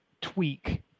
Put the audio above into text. tweak